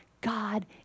God